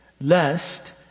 Lest